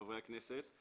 חברי הכנסת,